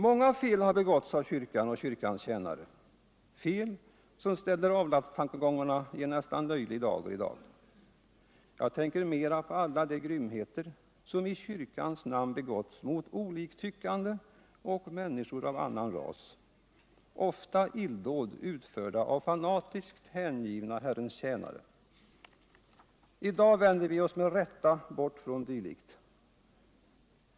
Många tel har begåtts av kyrkan och kyrkans tjänare — fel, som ställer avlatstankegångarna i en nästan löjlig dager i dag. Jag tänker mera på alla de grymheter som i kyrkans namn begåtts mot oliktyckande och människor av annan ras, ofta illdåd utförda av fanatiskt hängivna Herrens tjänare. I dag vänder vi oss med rätta bort från dylikt.